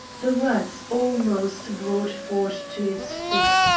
the words almost brought ford to his feet.